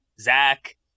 Zach